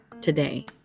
today